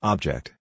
Object